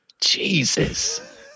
Jesus